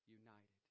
united